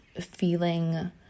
feeling